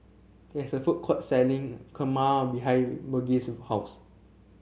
there is a food court selling Kurma behind Burgess' house